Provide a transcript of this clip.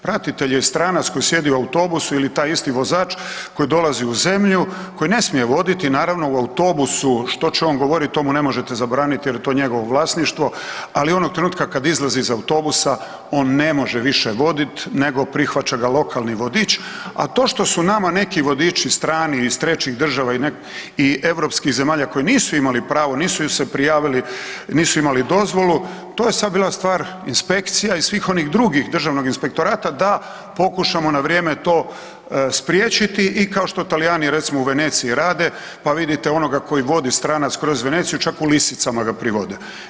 Pratitelj je stranac koji sjedi u autobusu ili taj isti vozač koji dolazi u zemlju koji ne smije voditi naravno u autobusu što će on govoriti to mu ne možete zabraniti jer je to njegovo vlasništvo, ali onog trenutka kad izlazi iz autobusa on ne može više voditi nego prihvaća ga lokalni vodič, a to što su nama neki vodiči strani iz trećih država i europskih zemalja koji nisu imali pravo nisu im se prijavili, nisu imali dozvolu, to je sad bila stvar inspekcija i svih onih drugih državnog inspektorata da pokušamo na vrijeme to spriječiti i kao što Talijani recimo u Veneciji rade, pa vidite onoga koji vodi stranac kroz Veneciju čak u lisicama ga privode.